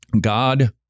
God